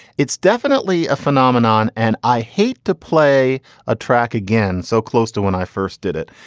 it's definitely a phenomenon and i hate to play a track again so close to when i first did it.